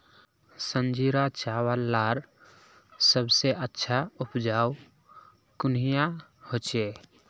संजीरा चावल लार सबसे अच्छा उपजाऊ कुनियाँ होचए?